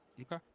Okay